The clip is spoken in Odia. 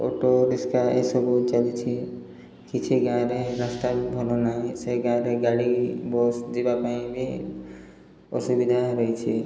ଅଟୋ ରିକ୍ସା ଏସବୁ ଚାଲିଛି କିଛି ଗାଁରେ ରାସ୍ତା ବି ଭଲ ନାହିଁ ସେ ଗାଁରେ ଗାଡ଼ି ବସ୍ ଯିବା ପାଇଁ ବି ଅସୁବିଧା ରହିଛି